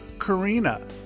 Karina